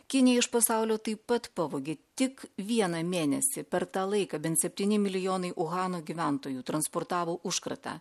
kinija iš pasaulio taip pat pavogė tik vieną mėnesį per tą laiką bent septyni milijonai uhano gyventojų transportavo užkratą